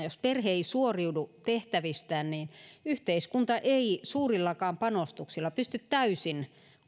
jos perhe ei suoriudu tehtävistään niin yhteiskunta ei suurillakaan panostuksilla pysty täysin